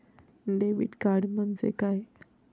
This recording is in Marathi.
डेबिट कार्ड म्हणजे काय?